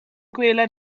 gweled